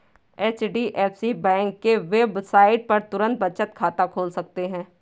HDFC bank के website पर तुरंत बचत खाता खोल सकते है